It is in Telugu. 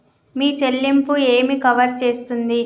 మీ చెల్లింపు ఏమి కవర్ చేస్తుంది?